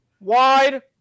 Wide